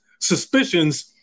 Suspicions